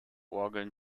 orgeln